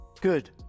Good